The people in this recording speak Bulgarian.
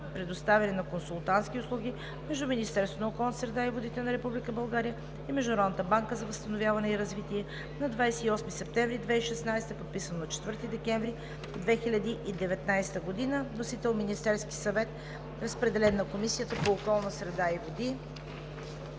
предоставяне на консултантски услуги между Министерството на околната среда и водите на Република България и Международната банка за възстановяване и развитие на 28 септември 2016 г., подписано на 4 декември 2019 г. Вносител е Министерският съвет. Разпределен е на Комисията по околната среда и води.